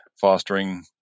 fostering